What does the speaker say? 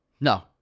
No